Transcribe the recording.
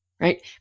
right